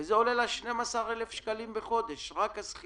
וזה עולה לה 12 אלף שקלים בחודש, רק השכירות.